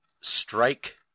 strike